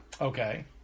Okay